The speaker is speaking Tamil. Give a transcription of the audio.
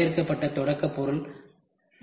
இன்று வரையறுக்கப்பட்ட தொடக்கப் பொருள்